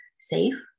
safe